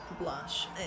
Blush